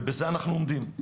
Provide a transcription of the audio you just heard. וזה אנחנו עומדים.